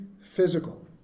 physical